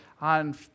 on